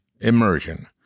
immersion